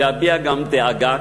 להביע גם דאגה,